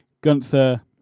Gunther